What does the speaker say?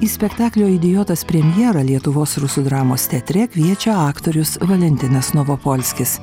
į spektaklio idiotas premjerą lietuvos rusų dramos teatre kviečia aktorius valentinas novopolskis